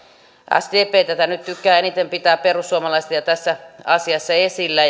sdp nyt tykkää eniten pitää perussuomalaisia tässä asiassa esillä